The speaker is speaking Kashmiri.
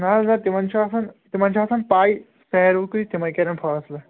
نہَ حظ نہَ تِمن چھُ آسان تِمن چھُ آسان پَے سارِیکُے تہٕ تِمے کرَن فٲصلہٕ